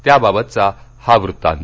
त्याबाबतचा हा वृत्तांत